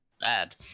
Bad